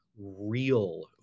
real